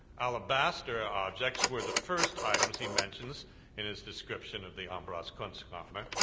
alabaster objects were the first items he mentions in his description of the ambras kunstkammer,